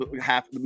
half